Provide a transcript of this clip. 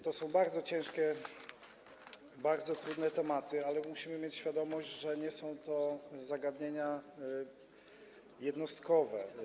To są bardzo ciężkie, bardzo trudne tematy, ale musimy mieć świadomość, że nie są to zagadnienia jednostkowe.